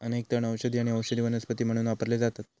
अनेक तण औषधी आणि औषधी वनस्पती म्हणून वापरले जातत